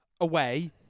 away